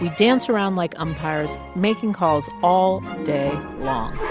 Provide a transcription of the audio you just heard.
dance around like umpires making calls all day long